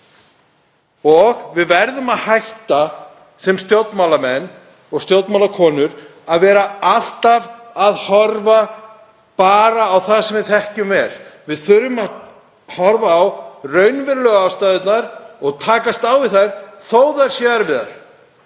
Við verðum að hætta sem stjórnmálamenn og stjórnmálakonur að horfa alltaf bara á það sem við þekkjum vel. Við þurfum að horfa á raunverulegu ástæðurnar og takast á við þær þó að þær séu erfiðar,